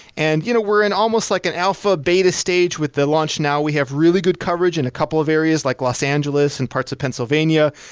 and you know we're in almost like an alpha-beta stage with the launch now. we have really good coverage in a couple of areas, like los angeles and parts of pennsylvania,